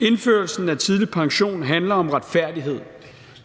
Indførelsen af tidlig pension handler om retfærdighed,